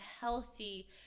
healthy